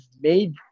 made